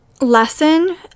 lesson